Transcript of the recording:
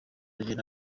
agenda